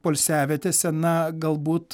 poilsiavietėse na galbūt